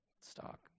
stock